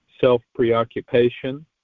self-preoccupation